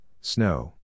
snow